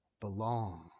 belong